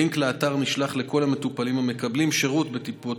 לינק לאתר נשלח לכל המטופלים המקבלים שירות בטיפות